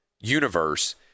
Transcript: universe